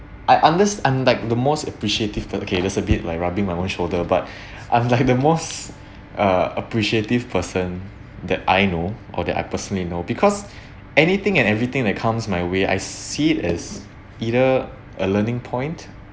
I I'm like the most appreciative okay this a bit like rubbing my one shoulder but I'm like the most uh appreciative person that I know or that I personally know because anything and everything that comes my way I see it as either a learning point